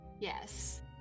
Yes